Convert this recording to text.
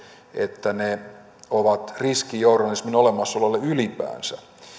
että ne ovat riski journalismin olemassaololle ylipäänsä